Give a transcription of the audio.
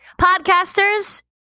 podcasters